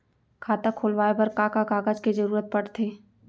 खाता खोलवाये बर का का कागज के जरूरत पड़थे?